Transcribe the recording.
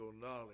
knowledge